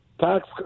Tax